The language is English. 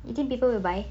you think people will buy